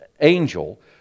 angel